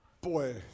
Boy